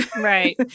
Right